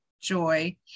joy